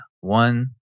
One